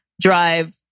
drive